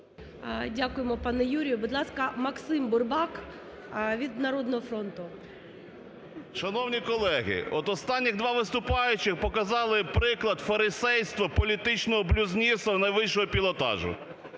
Дякуємо, пане Юрію. Будь ласка, Максим Бурбак від "Народного фронту" . 17:47:07 БУРБАК М.Ю. Шановні колеги, от останні два виступаючих показали приклад фарисейства політичного блюзнірства найвищого пілотажу.